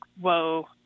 whoa